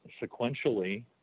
sequentially